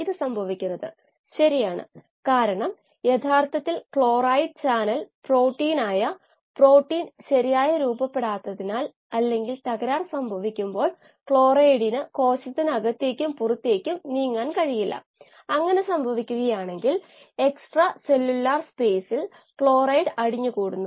എന്താണ് യഥാർത്ഥത്തിൽ അളക്കുന്നത് ഇക്കാലത്ത് ലഭ്യമായ മീറ്ററുകൾ ഉപയോഗിച്ച് ഇലക്ട്രോണിക്കലായി നടക്കുന്ന പരിവർത്തനം കണക്കുകൂട്ടി വായു സാച്ചുറേഷൻ കിട്ടുന്നു